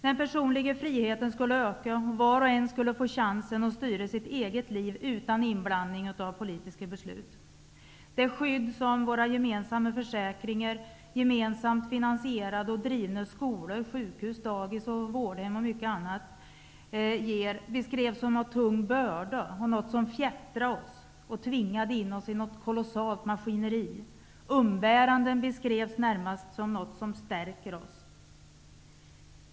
Den personliga friheten skulle öka. Var och en skulle få chansen att styra sitt eget liv, utan in blandning av politiska beslut. Det skydd som våra gemensamma försäkringar, gemensamt finansie rade och drivna skolor, sjukhus, dagis, vårdhem och mycket annat ger, beskrevs som en tung börda och något som fjättrade oss och tvingade oss in i något kolossalt maskineri. Umbäranden beskrevs närmast som något som stärker oss.